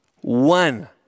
One